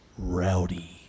Rowdy